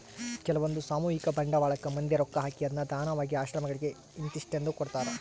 ಕೆಲ್ವಂದು ಸಾಮೂಹಿಕ ಬಂಡವಾಳಕ್ಕ ಮಂದಿ ರೊಕ್ಕ ಹಾಕಿ ಅದ್ನ ದಾನವಾಗಿ ಆಶ್ರಮಗಳಿಗೆ ಇಂತಿಸ್ಟೆಂದು ಕೊಡ್ತರಾ